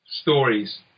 stories